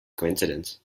coincidence